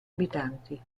abitanti